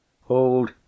Hold